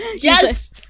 Yes